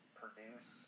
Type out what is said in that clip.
produce